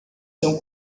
são